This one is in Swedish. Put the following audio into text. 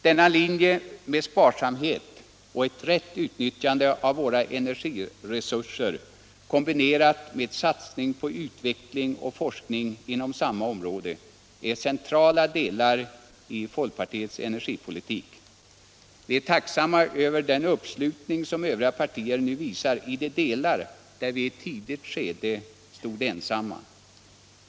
Denna linje med sparsamhet och ett rätt utnyttjande av våra energiresurser kombinerat med satsning på utveckling och forsk 73 ning inom samma område är centrala delar i folkpartiets energipolitik. Vi är tacksamma för den uppslutning som övriga partier nu visar i de delar där vi i ett tidigt skede stod ensamma.